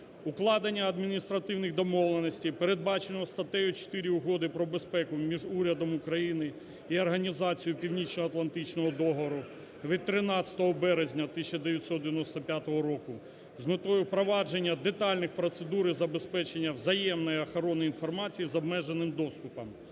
Укладення адміністративних домовленостей, передбачених статтею 4 Угоди про безпеку між урядом України і Організацією Північноатлантичного договору від 13 березня 1995 року, з метою впровадження детальних процедур і забезпечення взаємної охорони інформації з обмеженим доступом,